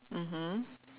mmhmm